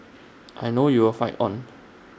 I know you'll fight on